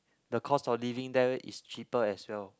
the cost of living there is cheaper as well